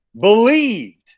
believed